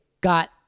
got